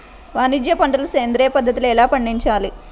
వాణిజ్య పంటలు సేంద్రియ పద్ధతిలో ఎలా పండించాలి?